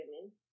women